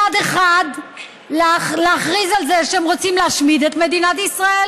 מצד אחד להכריז שהם רוצים להשמיד את מדינת ישראל